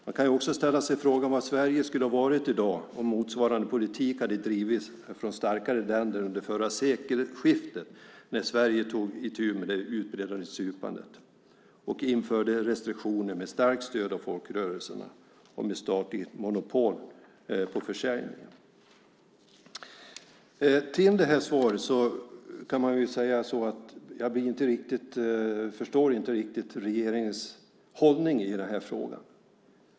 Man kan också ställa sig frågan vad Sverige skulle ha varit i dag om motsvarande politik hade drivits från starkare länder under förra sekelskiftet när Sverige tog itu med det utbredda supandet och införde restriktioner med starkt stöd av folkrörelserna genom ett statligt monopol på försäljningen. Till svaret kan jag säga att jag inte riktigt förstår regeringens hållning i den här frågan.